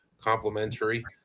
complementary